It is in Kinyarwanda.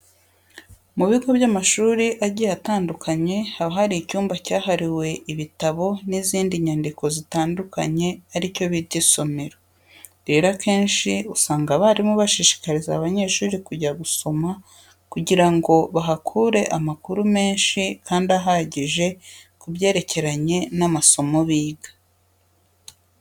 Mu bigo by'amashuri agiye atandukanye haba hari icyumba cyahariwe ibitabo n'izindi nyandiko zitandukanye ari cyo bita isomero. Rero akenshi usanga abarimu bashishikariza abanyeshuri kujya gusoma kugira ngo bahakure amakuru menshi kandi ahagije ku byerekeranye n'amasomo biga.